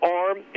arm